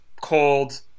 cold